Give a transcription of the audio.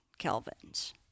kelvins